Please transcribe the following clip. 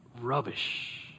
rubbish